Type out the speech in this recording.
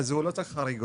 אז הוא לא צריך חריגות.